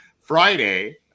Friday